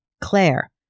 Claire